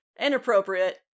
inappropriate